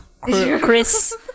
Chris